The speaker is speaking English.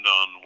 on